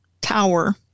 tower